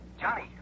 Johnny